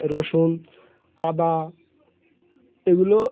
রসুন আদা এগুলো